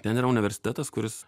ten yra universitetas kuris